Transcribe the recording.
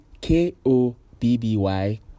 K-O-B-B-Y